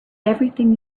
everything